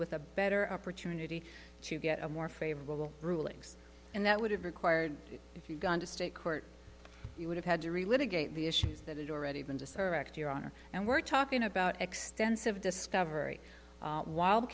with a better opportunity to get a more favorable rulings and that would have required if you've gone to state court you would have had to relive again the issues that had already been to serve your honor and we're talking about extensive discovery while the